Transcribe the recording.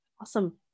Awesome